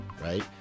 right